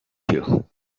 you